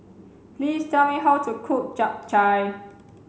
please tell me how to cook chap chai